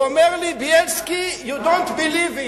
הוא אומר לי: בילסקי, you don't believe it.